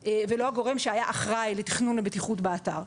או הגורם שהיה אחראי לתכנון הבטיחות באתר.